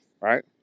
right